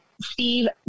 Steve